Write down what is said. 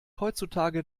heutzutage